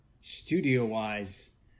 studio-wise